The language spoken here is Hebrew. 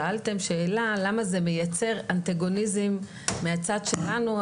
שאלתם: למה זה מייצר את אנטגוניזם מהצד שלנו?